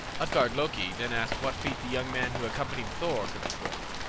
utgard-loki then asked what feat the young man who accompanied thor could perform.